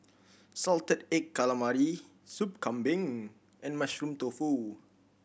salted egg calamari Sup Kambing and Mushroom Tofu